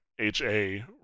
H-A